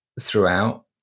throughout